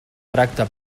tracte